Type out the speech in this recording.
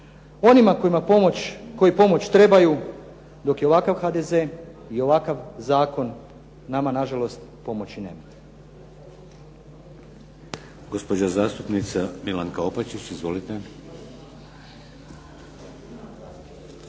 Onima koji pomoć trebaju dok je ovakav HDZ i ovakav zakon nama nažalost pomoći nema.